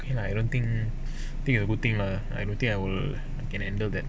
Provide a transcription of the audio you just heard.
you know I don't think I think good thing lah I don't think I will can handle that